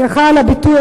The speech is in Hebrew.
סליחה על הביטוי,